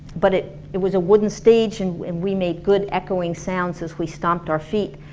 but it it was a wooden stage and when we made good echoing sounds as we stomped our feet.